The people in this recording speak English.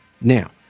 now